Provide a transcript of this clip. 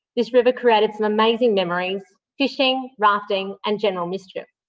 this river created some amazing memories fishing, rafting and general mischief.